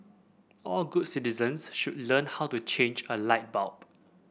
all good citizens should learn how to change a light bulb